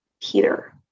Peter